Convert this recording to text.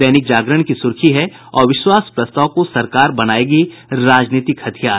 दैनिक जागरण की सुर्खी है अविश्वास प्रस्ताव को सरकार बनायेगी राजनीतिक हथियार